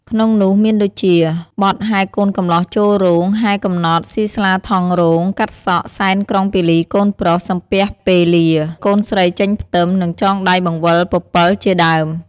ក្នុងនោះមានដូចជា បទហែកូនកម្លោះចូលរោង ហែកំណត់ សុីស្លាថង់រង កាត់សក់ សែនក្រុងពាលីកូនប្រុស សំពះពេលា កូនស្រីចេញផ្ទឹម និងចងដៃបង្វិលពពិលជាដើម។